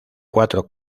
cuatro